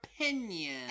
opinion